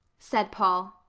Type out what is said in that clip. said paul.